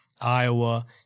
Iowa